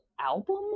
album